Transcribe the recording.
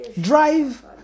drive